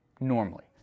normally